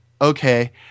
Okay